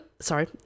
sorry